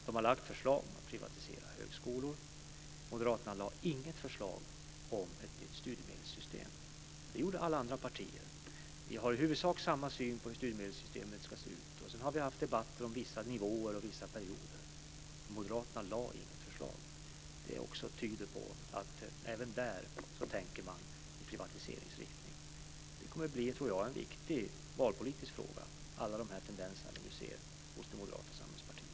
De har lagt fram förslag om att privatisera högskolor. Moderaterna lade fram inget förslag om ett studiemedelssystem. Det gjorde alla andra partier. Vi har i huvudsak samma syn på hur studiemedelssystemet ska se ut. Sedan har vi haft debatter om vissa nivåer och vissa perioder, men moderaterna lade inte fram något förslag. Det tyder på att man även där tänker i privatiseringsriktning. De tendenser som vi nu ser hos Moderata samlingspartiet kommer att bli en viktig valpolitisk fråga.